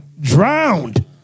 drowned